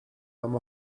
mam